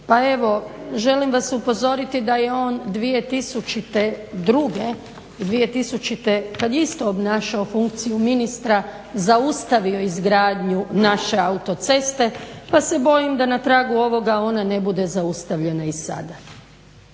Pa evo želim vas upozoriti da je on 2002., 2000. kad je isto obnašao funkciju ministra zaustavio izgradnju naše autoceste pa se bojim da na tragu ovoga ona ne bude zaustavljena i sada.